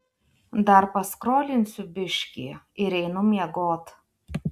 dar paskrolinsiu biškį ir einu miegot